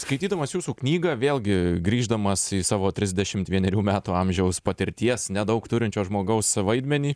skaitydamas jūsų knygą vėlgi grįždamas į savo trisdešimt vienerių metų amžiaus patirties nedaug turinčio žmogaus vaidmenį